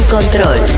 Control